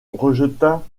rejeta